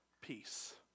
peace